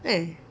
eh